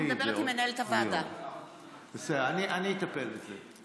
אני אטפל בזה.